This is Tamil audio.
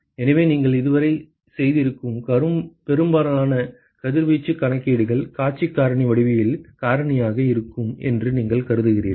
எனவே நீங்கள் இதுவரை செய்திருக்கும் பெரும்பாலான கதிர்வீச்சுக் கணக்கீடுகள் காட்சிக் காரணி வடிவியல் காரணியாக இருக்கும் என்று நீங்கள் கருதுகிறீர்கள்